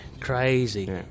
crazy